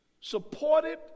supported